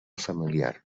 familiar